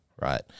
right